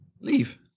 Leave